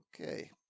Okay